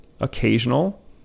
occasional